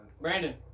Brandon